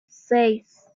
seis